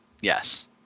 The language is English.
Yes